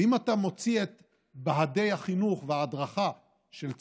ואם אתה מוציא את בה"די החינוך וההדרכה של צה"ל,